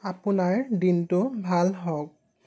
আপোনাৰ দিনটো ভাল হওক